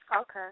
Okay